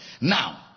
Now